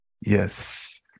Yes